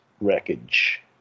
wreckage